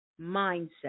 Mindset